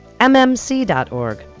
mmc.org